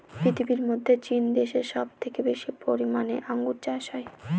পৃথিবীর মধ্যে চীন দেশে সব থেকে বেশি পরিমানে আঙ্গুর চাষ হয়